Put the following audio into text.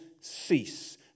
cease